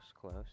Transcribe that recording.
close